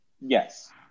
Yes